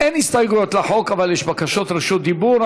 אין הסתייגויות לחוק, אבל יש בקשות רשות דיבור.